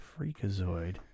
Freakazoid